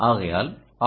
ஆகையால் ஆர்